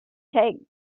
take